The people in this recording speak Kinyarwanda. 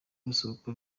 basohoka